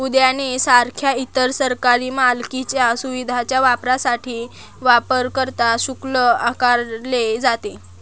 उद्याने सारख्या इतर सरकारी मालकीच्या सुविधांच्या वापरासाठी वापरकर्ता शुल्क आकारले जाते